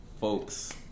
folks